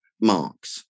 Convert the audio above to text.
marks